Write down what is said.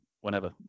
whenever